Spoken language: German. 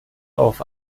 auf